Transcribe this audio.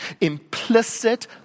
implicit